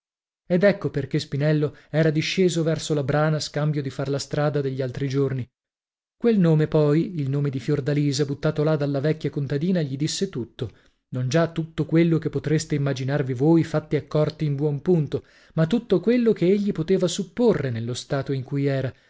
ed ecco perchè spinello era disceso verso la brona scambio di far la strada degli altri giorni quel nome poi il nome di fiordalisa buttato là dalla vecchia contadina gli disse tutto non già tutto quello che potreste immaginarvi voi fatti accorti in buon punto ma tutto quello che egli poteva supporre nello stato in cui era